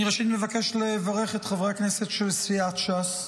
ראשית, אני מבקש לברך את חברי הכנסת של סיעת ש"ס.